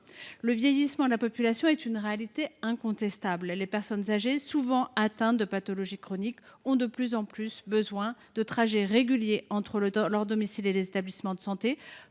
Le vieillissement de la population est une réalité incontestable. Les personnes âgées, souvent atteintes de pathologies chroniques, ont de plus en plus besoin de réaliser des trajets réguliers entre leur domicile et les établissements de santé.